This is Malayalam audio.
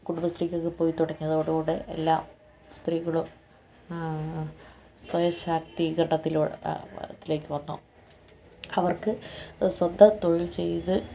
കുംടുംബശ്രീക്കൊക്കെ പോയിത്തുടങ്ങിയതോടു കൂടെ എല്ലാ സ്ത്രീകളും സ്വയം ശാക്തീകരണത്തിലേക്ക് വന്നു അവർക്ക് സ്വന്തം തൊഴിൽ ചെയ്ത്